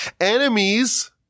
enemies